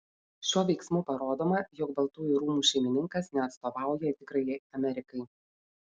šiuo veiksmu parodoma jog baltųjų rūmų šeimininkas neatstovauja tikrajai amerikai